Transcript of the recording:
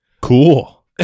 Cool